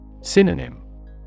Synonym